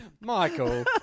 Michael